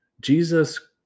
Jesus